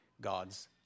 God's